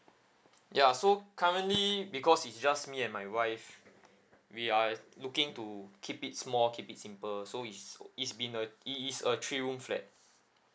ya so currently because is just me and my wife we are looking to keep it small keep it simple so it's it's been a it is a three room flat